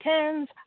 tens